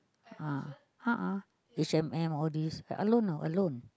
uh a'ah H-and-M all these alone ah alone